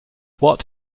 what